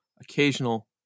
occasional